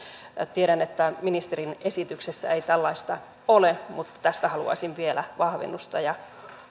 tiedän että ministerin esityksessä ei tällaista ole mutta tästä haluaisin vielä vahvennusta ja